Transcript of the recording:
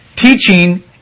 Teaching